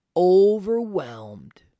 overwhelmed